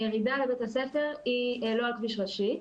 הירידה לבית הספר היא לא על כביש ראשי.